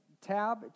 tab